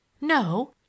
No